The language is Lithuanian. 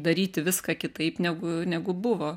daryti viską kitaip negu negu buvo